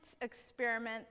experiment